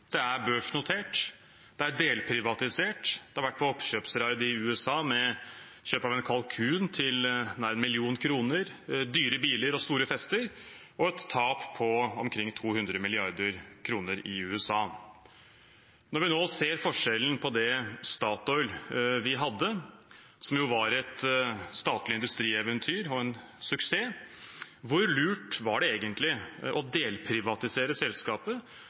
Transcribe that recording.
Det er børsnotert, det er delprivatisert, det har vært på oppkjøpsraid i USA med kjøp av en kalkun til nær en million kroner, dyre biler og store fester – og et tap på omkring 200 mrd. kr i USA. Når vi nå ser forskjellen på det Statoil vi hadde, som jo var et statlig industrieventyr og en suksess, hvor lurt var det egentlig å delprivatisere selskapet?